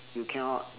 you cannot